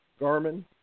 Garmin